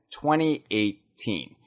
2018